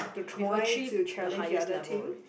to try to challenge the other team